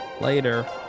Later